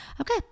Okay